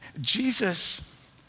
Jesus